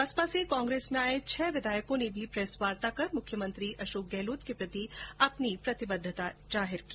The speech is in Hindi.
बसपा से कांग्रेस में आये छह विधायकों ने भी एक प्रेस वार्ता कर मुख्यमंत्री अशोक गहलोत के प्रति अपनी प्रतिबद्धता जाहिर की